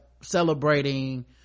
celebrating